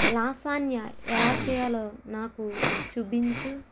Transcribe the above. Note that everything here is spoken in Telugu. లసాన్యా ఎలా చేయాలో నాకు చుబించు